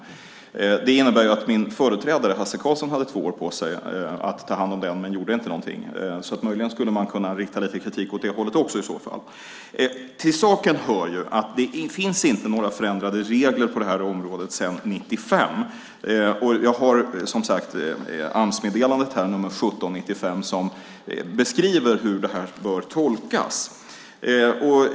Det innebär att min företrädare, Hasse Karlsson, hade två år på sig att ta hand om det men gjorde ingenting. Möjligen kan man i så fall rikta lite kritik åt det hållet. Till saken hör att det inte finns några förändrade regler på området sedan 1995. Jag har Amsmeddelandet nr 17 från 1995 som beskriver hur detta bör tolkas.